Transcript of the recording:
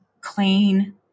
clean